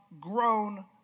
grown